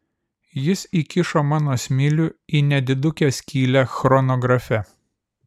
jis įkišo mano smilių į nedidukę skylę chronografe